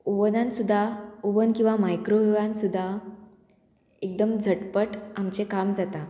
ओवनान सुद्दां ओवन किंवां मायक्रोवेवान सुद्दां एकदम झटपट आमचें काम जाता